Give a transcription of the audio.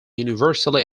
universally